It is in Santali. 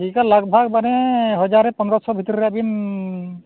ᱴᱷᱤᱠᱼᱟ ᱞᱟᱜᱽ ᱵᱷᱟᱜᱽ ᱢᱟᱱᱮ ᱦᱟᱡᱟᱨ ᱨᱮ ᱯᱚᱱᱫᱨᱚᱥᱚ ᱵᱷᱤᱛᱤᱨ ᱨᱮ ᱵᱤᱱ